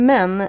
Men